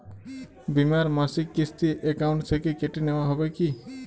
বিমার মাসিক কিস্তি অ্যাকাউন্ট থেকে কেটে নেওয়া হবে কি?